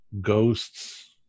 ghosts